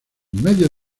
medios